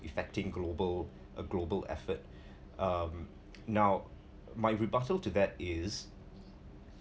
affecting global a global effort um now my rebuttal to that is